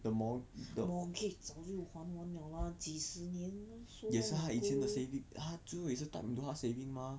the mor~ the 也是他以前的 saving 他最后也是 tap into 他 saving mah